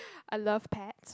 I love pets